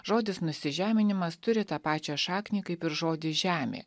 žodis nusižeminimas turi tą pačią šaknį kaip ir žodį žemė